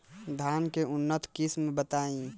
धान के उन्नत किस्म बताई?